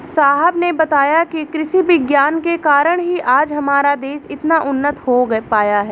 साहब ने बताया कि कृषि विज्ञान के कारण ही आज हमारा देश इतना उन्नत हो पाया है